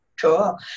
Cool